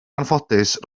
anffodus